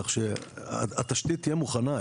כך שהתשתית תהיה מוכנה.